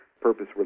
purpose